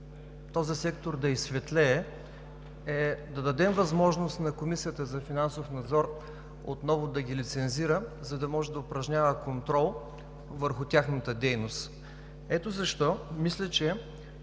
този сектор да изсветлее е да дадем възможност на Комисията за финансов надзор отново да ги лицензира, за да може да упражнява контрол върху тяхната дейност. Ето защо мисля, че